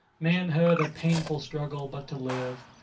manhood a painful struggle but to live,